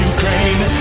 Ukraine